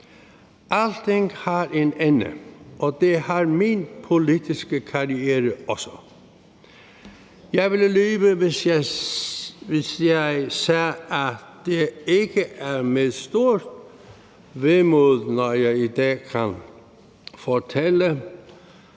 Alting har en ende, og det har min politiske karriere også. Jeg ville lyve, hvis jeg sagde, at det ikke er med stort vemod, når jeg i dag kan fortælle,